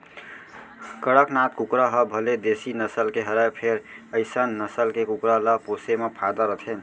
कड़कनाथ कुकरा ह भले देसी नसल के हरय फेर अइसन नसल के कुकरा ल पोसे म फायदा रथे